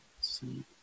See